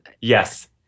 Yes